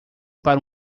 para